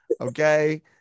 Okay